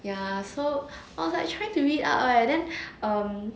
ya so I was like trying to read up leh and then um